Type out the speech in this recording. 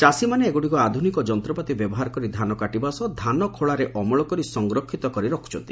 ଚାଷୀମାନେ ଏଗୁଡ଼ିକୁ ଆଧୁନିକ ଯନ୍ତପାତି ବ୍ୟବହାର କରି ଧାନ କାଟିବା ସହ ଧାନଖଳାରେ ଅମଳ କରି ସଂରକ୍ଷିତ କରି ରଖୁଛନ୍ତି